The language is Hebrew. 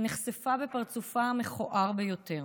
שנחשפה בפרצופה המכוער ביותר.